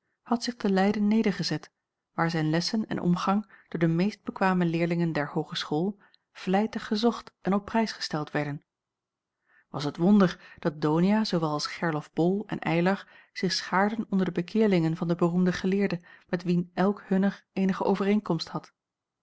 had zich te leyden nedergezet waar zijn lessen en omgang door de meest bekwame leerlingen der hoogeschool vlijtig gezocht en op prijs gesteld werden was het wonder dat donia zoowel als gerlof bol en eylar zich schaarden onder de bekeerlingen van den beroemden geleerde met wien elk hunner eenige overeenkomst had